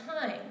time